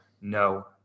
no